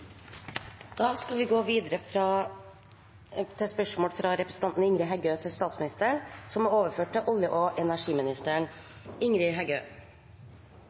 Vi går til spørsmål 2. Dette spørsmålet, fra representanten Ingrid Heggø til statsministeren, er overført til olje- og energiministeren.